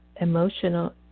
emotional